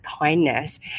kindness